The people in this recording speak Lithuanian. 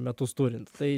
metus turint tai